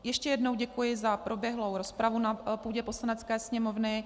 Ještě jednou děkuji za proběhlou rozpravu na půdě Poslanecké sněmovny.